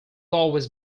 always